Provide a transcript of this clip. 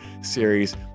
series